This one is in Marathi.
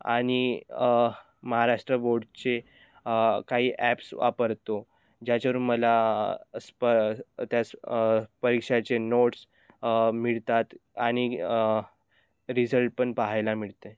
आणि महाराष्ट्र बोर्डचे काही ॲप्स वापरतो ज्याच्यावरून मला स्प त्यास परीक्षाचे नोट्स मिळतात आणि रिझल्ट पण पाहायला मिळते